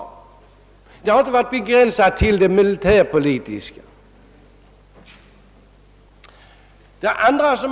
Arbetet har sålunda inte varit begränsat till det militärpolitiska området.